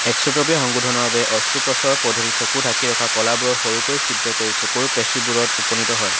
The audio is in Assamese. এক্স'ট্ৰপিয়া সংশোধনৰ বাবে অস্ত্ৰোপচাৰৰ পদ্ধতিত চকু ঢাকি ৰখা কলাবোৰত সৰুকৈ ছিদ্ৰ কৰি চকুৰ পেশীবোৰত উপনীত হয়